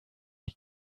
die